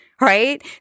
right